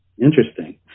Interesting